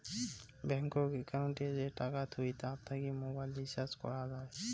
ব্যাঙ্কত একউন্টে যে টাকা থুই তার থাকি মোবাইল রিচার্জ করং যাই